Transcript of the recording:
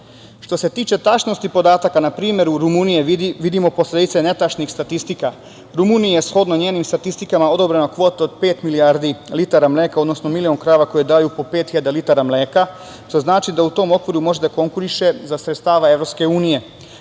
se tiče tačnosti podataka, na primer, u Rumuniji vidimo posledice netačnih statistika. Rumuniji je shodno njenim statistikama odobrena kvota od pet milijardi litara mleka, odnosno milion krava koje daju po 5.000 litara mleka, što znači da u tom okviru može da konkuriše za sredstva EU. Zato je